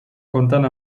compten